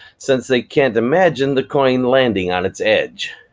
since they can't imagine the coin landing on its edge.